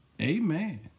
Amen